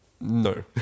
No